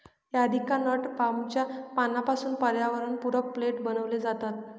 areca nut पामच्या पानांपासून पर्यावरणपूरक प्लेट बनविले जातात